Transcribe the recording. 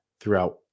throughout